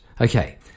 Okay